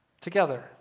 together